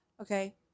Okay